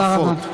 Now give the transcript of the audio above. תודה רבה.